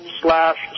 slash